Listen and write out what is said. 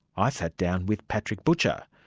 i sat down with patrick butcher,